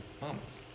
moments